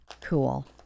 cool